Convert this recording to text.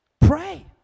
Pray